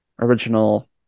original